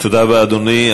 תודה רבה, אדוני.